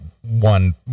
one